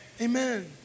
Amen